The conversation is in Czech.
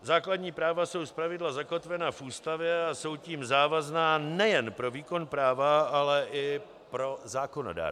Základní práva jsou zpravidla zakotvena v Ústavě a jsou tím závazná nejen pro výkon práva, ale i pro zákonodárce.